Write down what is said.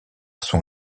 son